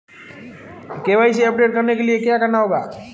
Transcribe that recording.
KYC update करने के लिए क्या करना होगा?